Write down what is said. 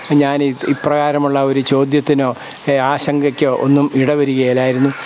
ഞാൻ ഇപ്രകാരമുള്ള ഒരു ചോദ്യത്തിനോ ആശങ്കക്കോ ഒന്നും ഇടവരികേലായിരുന്നു